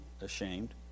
ashamed